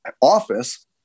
office